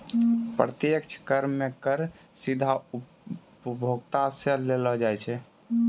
प्रत्यक्ष कर मे कर सीधा उपभोक्ता सं लेलो जाय छै